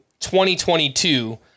2022